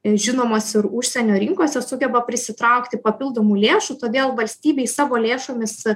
žinomos ir užsienio rinkose sugeba prisitraukti papildomų lėšų todėl valstybei savo lėšomis